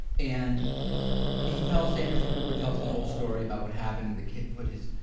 and he tells, anderson cooper tells the whole story about what happened, and the kid put his.